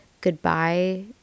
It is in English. goodbye